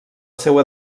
seua